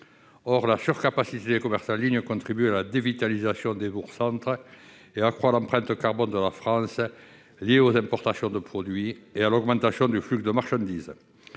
Or la surcapacité des commerces en ligne contribue à la dévitalisation des bourgs-centres et accroît l'empreinte carbone de la France liée aux importations de produits et à l'augmentation du flux de marchandises.